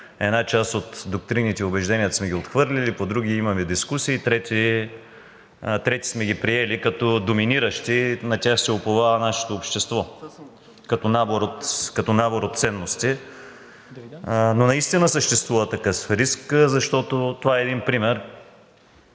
Една част от доктрините и убежденията сме ги отхвърлили. По други имаме дискусии. Трети сме ги приели като доминиращи. На тях се уповава нашето общество като набор от ценности. Наистина съществува такъв риск, защото това е един пример.